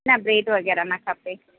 न ब्रेड वग़ैरह न खपे